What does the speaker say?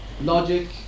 Logic